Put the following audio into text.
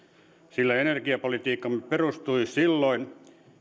sillä energiapolitiikkamme perustui silloin